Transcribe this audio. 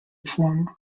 form